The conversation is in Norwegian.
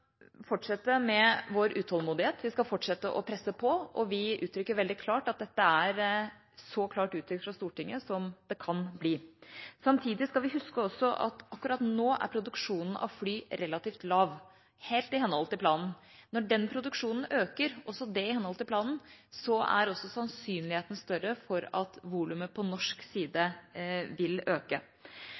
fortsette med vår utålmodighet. Vi skal fortsette å presse på, og vi uttrykker veldig klart at dette er så klart uttrykt fra Stortinget som det kan bli. Samtidig skal vi også huske at akkurat nå er produksjonen av fly relativt lav – helt i henhold til planen. Når den produksjonen øker – også det i henhold til planen – er også sannsynligheten større for at volumet på norsk side vil øke,